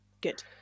Good